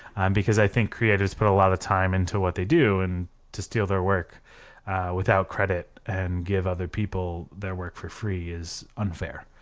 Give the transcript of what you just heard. because i think creators put a lot of time into what they do and to steal their work without credit and give other people their work for free is unfair,